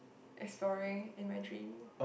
is storing in my dream